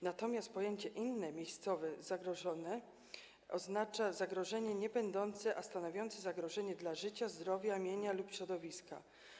Natomiast pojęcie „inne miejscowe zagrożenie” oznacza zagrożenie niebędące, a stanowiące zagrożenie dla życia, zdrowia, mienia lub środowiska.